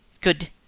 Good